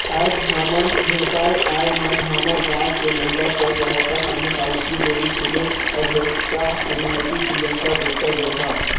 आयज हमन भेटाय आय हन हमर गांव के महिला स्व सहायता समूह सवित्री देवी फूले अध्यक्छता सिरीमती प्रियंका गुप्ता जघा